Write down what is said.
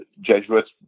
Jesuits